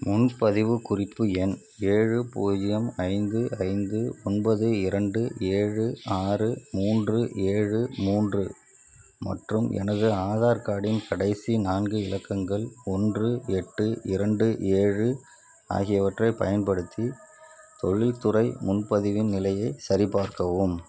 முன்பதிவு குறிப்பு எண் ஏழு பூஜ்ஜியம் ஐந்து ஐந்து ஒன்பது இரண்டு ஏழு ஆறு மூன்று ஏழு மூன்று மற்றும் எனது ஆதார் கார்டின் கடைசி நான்கு இலக்கங்கள் ஒன்று எட்டு இரண்டு ஏழு ஆகியவற்றைப் பயன்படுத்தி தொழில்துறை முன்பதிவின் நிலையை சரிபார்க்கவும்